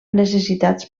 necessitats